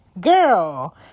girl